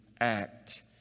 act